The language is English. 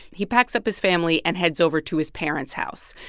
he packs up his family and heads over to his parents' house.